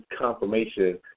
confirmation